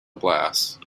blast